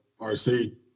rc